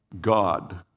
God